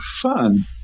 fun